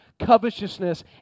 covetousness